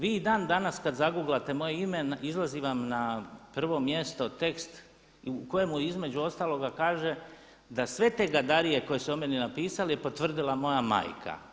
Vi i dan danas kad zaguglate moje ime izlazi vam na prvom mjestu tekst u kojemu između ostaloga kaže da sve te gadarije koje su o meni napisali je potvrdila moja majka.